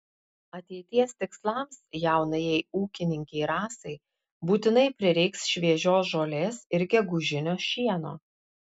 ateities tikslams jaunajai ūkininkei rasai būtinai prireiks šviežios žolės ir gegužinio šieno